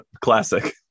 classic